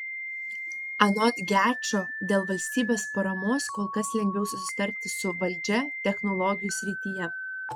anot gečo dėl valstybės paramos kol kas lengviau susitarti su valdžia technologijų srityje